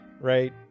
right